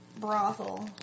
brothel